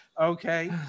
Okay